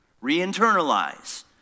Re-internalize